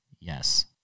Yes